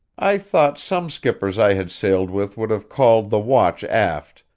i thought some skippers i had sailed with would have called the watch aft,